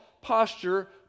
posture